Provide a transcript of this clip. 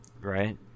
right